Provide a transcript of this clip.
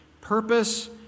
Purpose